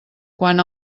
quan